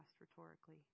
rhetorically